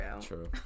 True